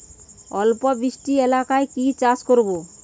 অল্প বৃষ্টি এলাকায় কি চাষ করব?